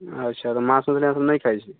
अच्छा तऽ मांस मछली अहाँसब नहि खाइ छिए